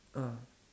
ah